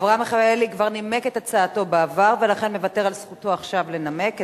אברהם מיכאלי כבר נימק את הצעתו בעבר ולכן מוותר על זכותו לנמק עכשיו,